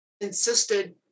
insisted